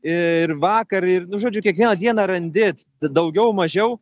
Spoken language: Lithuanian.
ir vakar ir nu žodžiu kiekvieną dieną randi daugiau mažiau